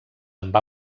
amb